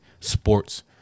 sports